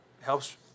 helps